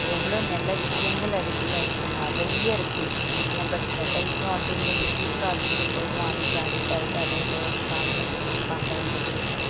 எவ்வளோ நல்ல விஷயங்கள் அதுக்குள்ள இருக்குது நிறைய இருக்குது ஆனால் பட் கெட்ட விஷயம் அப்படிங்கிறது குயிக்காக அதுக்குள்ளே போயிடுவோம் அதுக்குள்ளே அடிக்ட் ஆகிட்டு அது உள்ள ஒரு ப்ராப்ளம் பார்க்க வேண்டியது இருக்குது